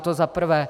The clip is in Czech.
To zaprvé.